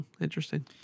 Interesting